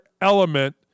element